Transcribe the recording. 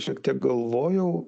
šiek tiek galvojau